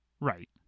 Right